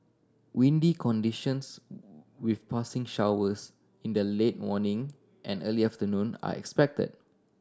windy conditions with passing showers in the late morning and early afternoon are expected